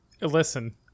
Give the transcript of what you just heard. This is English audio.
Listen